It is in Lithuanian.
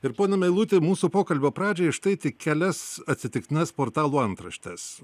ir ponia meiluti mūsų pokalbio pradžiai štai tik kelias atsitiktines portalų antraštes